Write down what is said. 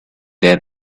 their